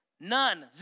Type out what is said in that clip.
none